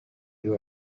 you